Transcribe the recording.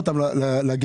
יוצא